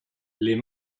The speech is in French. les